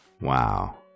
Wow